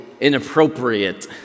inappropriate